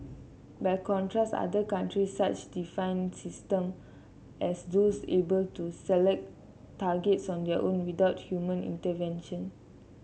by contrast other countries such define system as those able to select targets on their own without human intervention